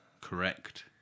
Correct